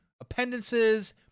appendices